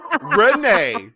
Renee